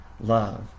love